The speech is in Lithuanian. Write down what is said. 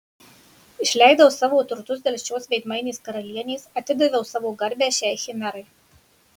išleidau savo turtus dėl šios veidmainės karalienės atidaviau savo garbę šiai chimerai